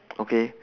okay